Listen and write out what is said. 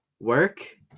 Work